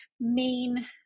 main